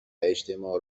اجتماع